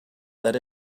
that